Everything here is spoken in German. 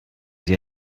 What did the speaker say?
sie